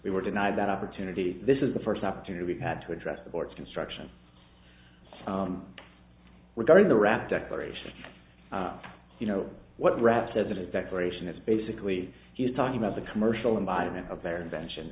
we were denied that opportunity this is the first opportunity we've had to address the board's construction regarding the wrap declaration you know what rats have an effect variation is basically he's talking about the commercial environment of their invention